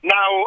Now